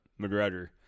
McGregor